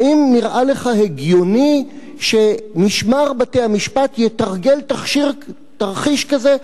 האם נראה לך הגיוני שמשמר בתי-המשפט יתרגל תרחיש כזה,